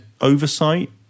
oversight